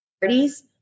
parties